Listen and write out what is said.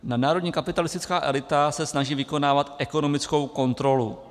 Nadnárodní kapitalistická elita se snaží vykonávat ekonomickou kontrolu.